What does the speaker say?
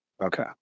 Okay